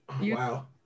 Wow